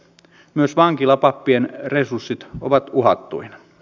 myös vankilapappien resurssit ovat uhattuina